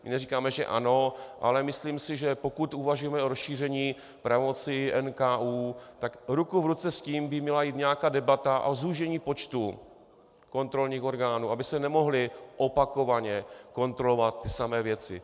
My neříkáme, že ano, ale myslím si, že pokud uvažujeme o rozšíření pravomocí NKÚ, tak ruku v ruce s tím by měla jít nějaká debata o zúžení počtu kontrolních orgánů, aby se nemohly opakovaně kontrolovat tytéž věci.